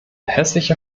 hässlicher